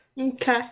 Okay